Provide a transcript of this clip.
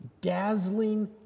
dazzling